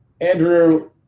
Andrew